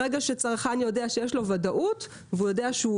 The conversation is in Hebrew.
ברגע שצרכן יודע שיש לו ודאות והוא יודע שהוא